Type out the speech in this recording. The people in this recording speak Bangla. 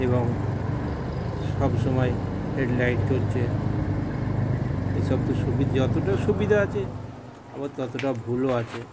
এবং সব সময় হেড লাইট জ্বলছে এসব তো সুবিধে যতটা সুবিধা আছে আবার ততটা ভুলও আছে